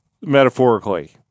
metaphorically